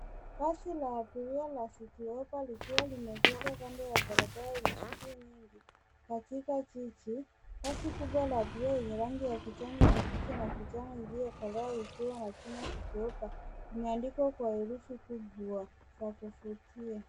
Basi la abiria la Citi Hoppa likiwa limeegeshwa kando ya barabara lenye shughuli nyingi katika jiji. Basi kubwa la abiria lenye rangi ya kijani kibichi na kijani iliyokolea ikiwa na jina Citi Hoppa . Limeandikwa kwa herufi kubwa za kuvutia.